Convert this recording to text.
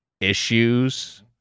issues